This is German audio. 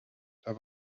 der